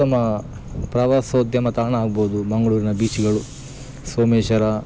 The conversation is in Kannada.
ಉತ್ತಮ ಪ್ರವಾಸೋದ್ಯಮ ತಾಣ ಆಗ್ಬೌದು ಮಂಗಳೂರಿನ ಬೀಚ್ಗಳು ಸೋಮೇಶ್ವರ